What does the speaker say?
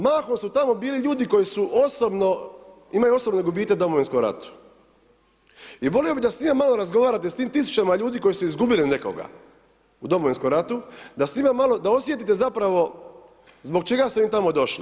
Mahom su tamo bili ljudi koji su osobno, imaju osobne gubitke u Domovinskom ratu i volio bih da s njima malo razgovarate, s tim tisućama ljudi koji su izgubili nekoga, u Domovinskom ratu, da s njima malo, da osjetite zapravo zbog čega su oni tamo došli.